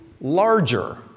larger